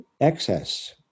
excess